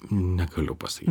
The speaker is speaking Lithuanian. negaliu pasakyt